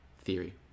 theory